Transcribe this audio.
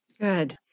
Good